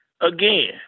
again